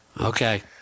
Okay